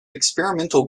experimental